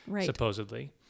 supposedly